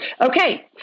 Okay